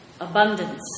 abundance